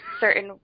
certain